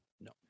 no